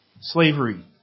Slavery